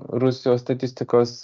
rusijos statistikos